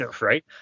Right